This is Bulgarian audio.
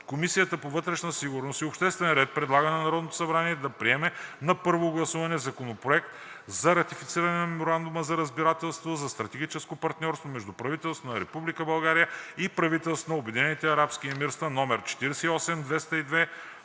Комисията по вътрешна сигурност и обществен ред предлага на Народното събрание да приеме на първо гласуване Законопроект за ратифициране на Меморандума за разбирателство за стратегическо партньорство между правителството на Република България и правителството на Обединените